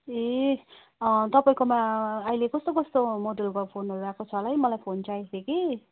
ए तपाईँकोमा अहिले कस्तो कस्तो मोडलको फोनहरू आएको छ होला है मलाई फोन चाहिएको थियो कि